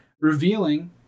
revealing